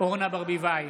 אורנה ברביבאי,